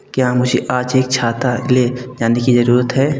क्या मुझे आज एक छाता ले जाने की ज़रूरत है